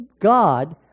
God